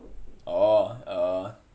oh uh